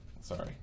Sorry